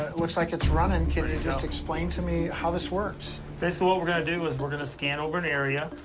looks like it's running. can you just explain to me how this works? basically what we're gonna do is, we're gonna scan over an area.